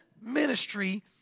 ministry